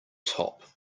top